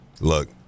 Look